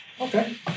Okay